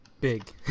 big